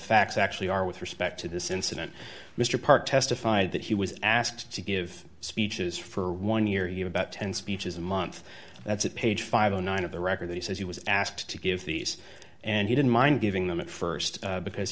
facts actually are with respect to this incident mr park testified that he was asked to give speeches for one year you about ten speeches a month that's at page five hundred and nine of the record he says he was asked to give these and he didn't mind giving them at st because